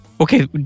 Okay